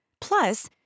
Plus